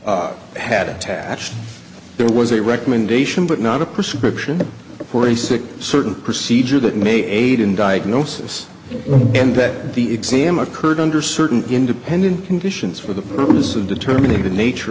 it had attached there was a recommendation but not a prescription for a sick certain procedure that may aid in diagnosis and that the exam occurred under certain independent conditions for the purpose of determining the nature